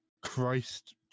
Christ